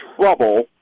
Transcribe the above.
trouble